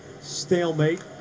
stalemate